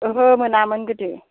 ओहो मोनामोन गोदो